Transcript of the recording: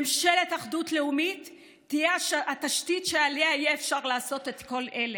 ממשלת אחדות לאומית תהיה התשתית שעליה יהיה אפשר לעשות את כל אלה.